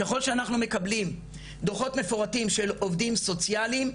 ככול שאנחנו מקבלים דוחות מפורטים של עובדים סוציאליים,